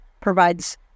provides